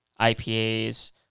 ipas